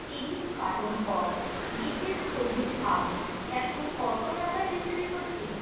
তিরিশ কার্টন কক বিশেষ সবুজ আবির এখন কত টাকায় বিক্রি হচ্ছে